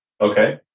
Okay